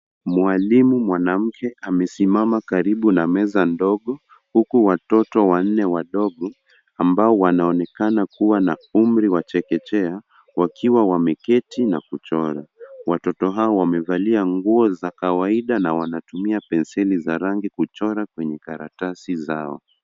Mwalimu mwanamke amesimama karibu na meza ndogo huku watoto wanne wadogo ambao wanaonekana kuwa na umri wa chekechea wakiwa wameketi na kuchora. Watoto hawa wamevalia nguo za kawaida na wanatumia penseli za rangi kuchora kwenye karatasi zao.